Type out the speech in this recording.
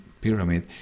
pyramid